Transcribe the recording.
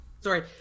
sorry